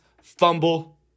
fumble